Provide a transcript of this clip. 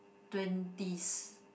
twenties